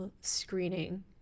screening